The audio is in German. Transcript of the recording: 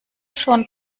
schon